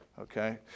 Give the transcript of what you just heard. Okay